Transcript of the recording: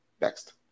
Next